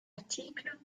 article